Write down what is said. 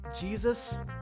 Jesus